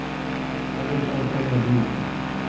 कागज का का लागी?